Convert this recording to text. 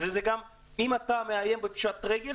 אם אתה מאיים בפשיטת רגל,